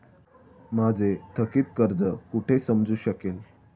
माझे थकीत कर्ज कुठे समजू शकेल?